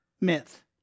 myth